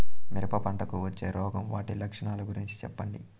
మిరప పంటకు వచ్చే రోగం వాటి లక్షణాలు గురించి చెప్పండి?